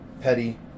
Petty